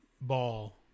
ball